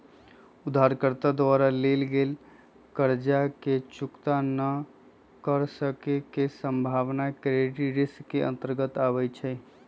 उधारकर्ता द्वारा लेल गेल कर्जा के चुक्ता न क सक्के के संभावना क्रेडिट रिस्क के अंतर्गत आबइ छै